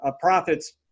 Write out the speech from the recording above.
profits